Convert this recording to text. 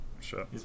Sure